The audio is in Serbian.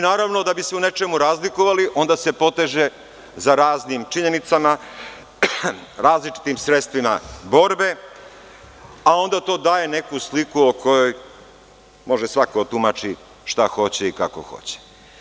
Naravno, da bi se u nečemu razlikovali onda se poteže za raznim činjenicama, različitim sredstvima borbe, a onda to daje neku sliku o kojoj može svako da tumači šta hoće i kako hoće.